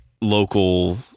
local